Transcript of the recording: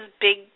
big